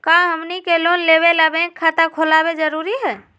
का हमनी के लोन लेबे ला बैंक खाता खोलबे जरुरी हई?